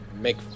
make